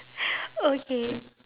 okay